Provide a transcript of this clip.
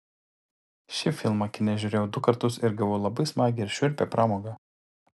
šį filmą kine žiūrėjau du kartus ir gavau labai smagią ir šiurpią pramogą